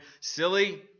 Silly